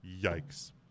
yikes